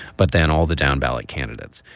but then all the down ballot candidates.